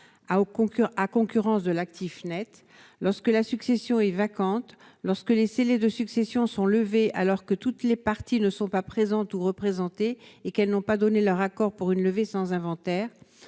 à concurrence de l'actif Net lorsque la succession est vacante lorsque les scellés de succession sont levés, alors que toutes les parties ne sont pas présentes ou représentées et qu'elles n'ont pas donné leur accord pour une levée sans inventaire